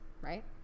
right